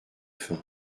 faim